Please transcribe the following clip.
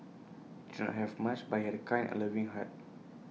have much but he had A kind and loving heart